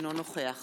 אינו נוכח